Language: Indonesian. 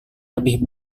lebih